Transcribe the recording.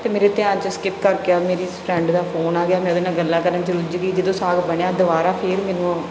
ਤਾਂ ਮੇਰੇ ਧਿਆਨ 'ਚ ਸਕਿਪ ਕਰ ਗਿਆ ਮੇਰੀ ਸ ਫਰੈਂਡ ਦਾ ਫੋਨ ਆ ਗਿਆ ਮੇਰੇ ਉਹਦੇ ਨਾਲ ਗੱਲਾਂ ਕਰਨ 'ਚ ਰੁੱਝ ਗਈ ਜਦੋਂ ਸਾਗ ਬਣਿਆ ਦੁਬਾਰਾ ਫੇਰ ਮੈਨੂੰ